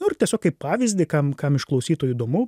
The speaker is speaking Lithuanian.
nu ir tiesiog kaip pavyzdį kam kam iš klausytojų įdomu